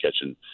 catching